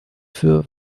für